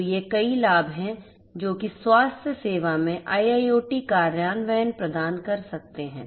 तो ये कई लाभ हैं जो कि स्वास्थ्य सेवा में IIoT कार्यान्वयन प्रदान कर सकते हैं